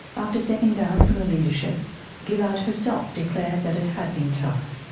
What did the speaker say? after stepping down from the leadership gillard herself declared that it had been tough.